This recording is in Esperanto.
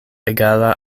egala